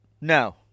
No